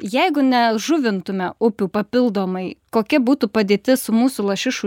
jeigu nežuvintume upių papildomai kokia būtų padėtis su mūsų lašišų